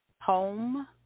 home